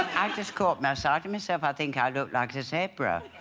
i just caught massaging myself. i think i look back to sarah